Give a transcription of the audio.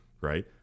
right